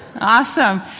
Awesome